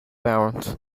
barons